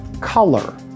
color